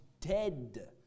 dead